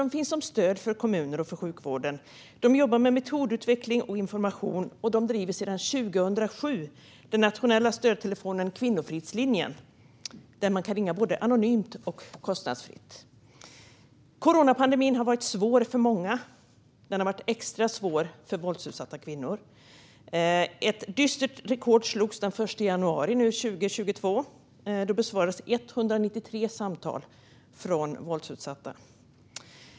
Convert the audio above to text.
De finns som stöd för kommuner och för sjukvården och jobbar med metodutveckling och information. Sedan 2007 driver de den nationella stödtelefonen Kvinnofridslinjen, dit man kan ringa anonymt och kostnadsfritt. Coronapandemin har varit svår för många. Den har varit extra svår för våldsutsatta kvinnor. Ett dystert rekord slogs den 1 januari 2022. Då besvarades 193 samtal från våldsutsatta.